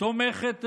תומכת טרור,